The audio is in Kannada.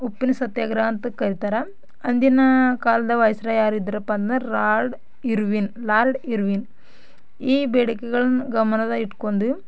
ಉಪ್ಪಿನ ಸತ್ಯಾಗ್ರಹ ಅಂತ ಕರೀತಾರೆ ಅಂದಿನ ಕಾಲದ ವೈಸ್ರಾಯ್ ಯಾರಿದ್ರಪ್ಪ ಅಂದ್ರೆ ರಾರ್ಡ್ ಇರ್ವಿನ್ ಲಾರ್ಡ್ ಇರ್ವಿನ್ ಈ ಬೇಡಿಕೆಗಳನ್ನು ಗಮನದಾಗಿಟ್ಕೊಂಡು